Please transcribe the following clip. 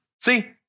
See